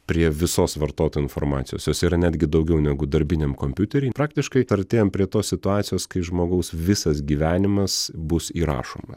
prie visos vartotojo informacijos jos yra netgi daugiau negu darbiniam kompiutery praktiškai artėjam prie tos situacijos kai žmogaus visas gyvenimas bus įrašomas